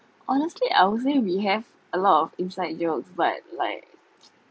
honestly I would say we have a lot of inside jokes but like